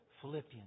Philippians